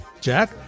Jack